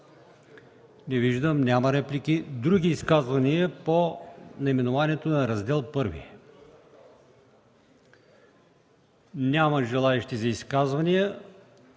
Не виждам. Други изказвания по наименованието на Раздел І? Няма желаещи за изказвания.